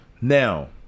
Now